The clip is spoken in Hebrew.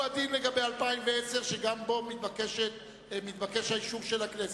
הוא הדין לגבי 2010 שגם בו מתבקש האישור של הכנסת.